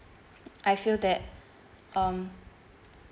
I feel that um